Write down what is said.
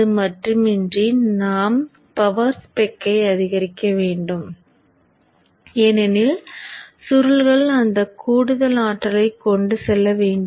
அது மட்டுமின்றி நாம் பவர் ஸ்பெக்கை அதிகரிக்க வேண்டும் ஏனெனில் சுருள்கள் அந்த கூடுதல் ஆற்றலை கொண்டு செல்ல வேண்டும்